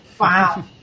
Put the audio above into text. wow